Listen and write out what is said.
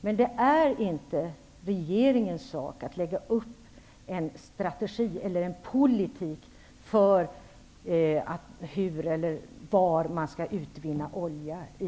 Men det är inte regeringens sak att lägga upp en strategi eller politik för hur eller var man skall utvinna olja i